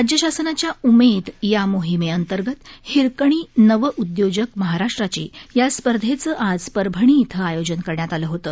राज्य शासनाच्या उमेद या मोहीमेअंतर्गत हिरकणी नव उदयोजक महाराष्ट्राची या स्पर्धेचं आज परभणी इथं आयोजन करण्यात आलं होतं